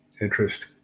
interest